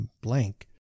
blank